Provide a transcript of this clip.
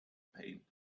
pain